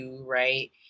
right